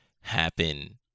happen